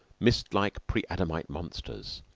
mist-like preadamite monsters,